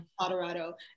Colorado